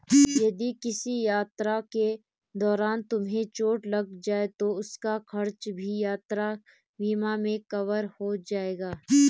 यदि किसी यात्रा के दौरान तुम्हें चोट लग जाए तो उसका खर्च भी यात्रा बीमा में कवर हो जाएगा